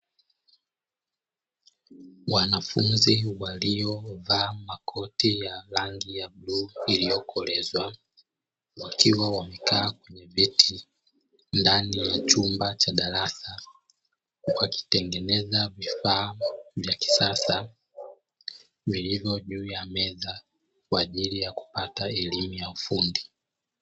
Mimea ilio ota ikastawi na kunawili ilio oteshwa na kutumia njia ya mfumo wa kisasa na kitaramu kwa kuotesha mbegu, njia ambayo inamuwezesha mkulima kuchagua mbegu bola itayo muwezesha kupata mazao bora na faida kubwa Hapo baadae.